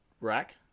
rack